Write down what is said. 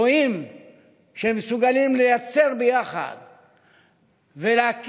רואים שהם מסוגלים לייצר ביחד ולהכיר,